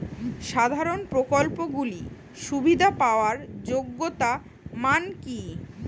সামাজিক প্রকল্পগুলি সুবিধা পাওয়ার যোগ্যতা মান কি?